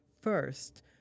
first